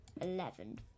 eleven